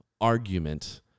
argument